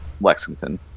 Lexington